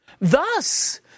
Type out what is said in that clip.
Thus